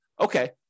okay